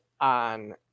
on